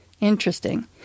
Interesting